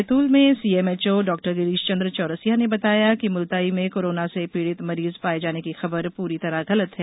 बैतूल में CMHO doctor Girishchandra Chaurasia ने बताया कि मुलताई में कोरोना से पीड़ित मरीज पाये जाने की खबर पूरी तरह गलत है